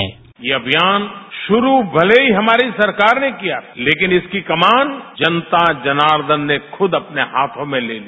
bite यह अभियान शुरू भले ही हमारी सरकार ने किया था लेकिन इसकी कमान जनता जनार्दन ने खुद अपने हाथों में लेली